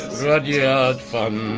rudyard funn,